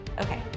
okay